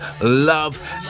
Love